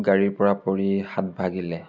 গাড়ীৰ পৰা পৰি হাত ভাগিলে